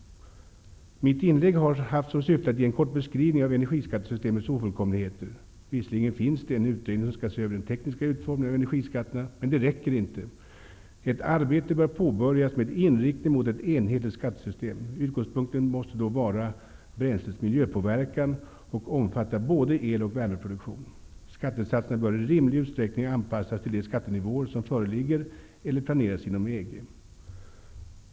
Mitt inlägg har haft som syfte att ge en kort beskrivning av energiskattesystemets ofullkomligheter. Visserligen finns det en utredning som skall se över den tekniska utformningen av energiskatterna, men det räcker inte. Ett arbete bör påbörjas med inriktning mot ett enhetligt skattesystem. Utgångspunkten måste då vara bränslets miljöpåverkan och omfatta både el och värmeproduktion. Skattesatserna bör i rimlig utsträckning anpassas till de skattenivåer som föreligger eller planeras inom EG.